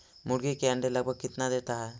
मुर्गी के अंडे लगभग कितना देता है?